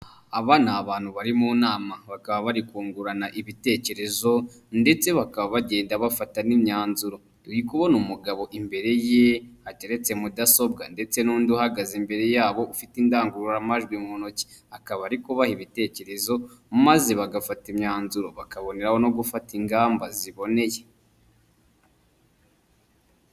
Aba ni abantu bari mu nama. Bakaba bari kungurana ibitekerezo, ndetse bakaba bagenda bafata n'imyanzuro. Turi kubona umugabo imbere ye, hateretse mudasobwa ndetse n'undi uhagaze imbere yabo ufite indangururamajwi mu ntoki. Akaba ari kubaha ibitekerezo, maze bagafata imyanzuro bakaboneraho no gufata ingamba ziboneye.